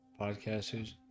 podcasters